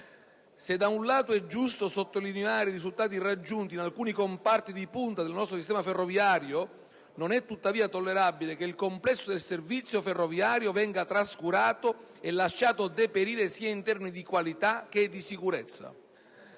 Se da un lato è giusto sottolineare i risultati raggiunti in alcuni comparti di punta del nostro sistema ferroviario, non è tuttavia tollerabile che il complesso del servizio ferroviario venga trascurato e lasciato deperire, sia in termini di qualità che di sicurezza.